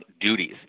duties